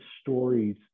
stories